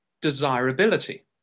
desirability